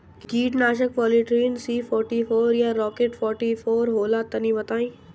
कीटनाशक Polytrin C forty four या rocket forty four होला तनि बताई?